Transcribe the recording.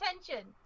attention